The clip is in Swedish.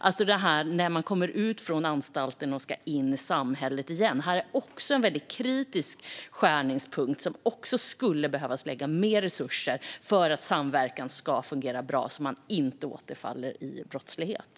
Att komma ut från anstalten och in i samhället igen är en kritisk skärningspunkt som det skulle behöva läggas mer resurser på för att samverkan ska fungera bra och så att man inte återfaller i brottslighet.